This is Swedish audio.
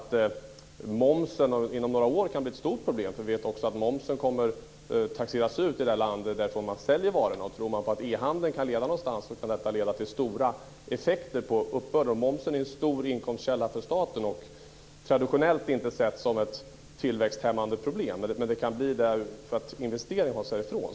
Momsen kan inom några år bli ett stort problem, eftersom den kommer att taxeras ut i det land där varorna säljs. Om e-handeln ökar, kan detta få stora effekter på uppbörden. Momsen är en stor inkomstkälla för staten, som traditionellt inte har setts som ett tillväxthämmande problem, men den kan kanske bli det därför att investerarna säger ifrån.